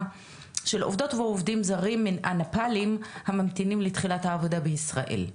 של עובדות ועובדים זרים נפאלים הממתינים לתחילת העבודה בישראל.